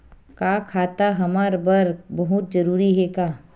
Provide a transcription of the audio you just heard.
का खाता हमर बर बहुत जरूरी हे का?